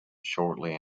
shortly